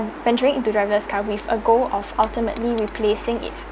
venturing into driverless car with a goal of ultimately replacing it